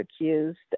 accused